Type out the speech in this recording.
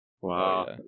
Wow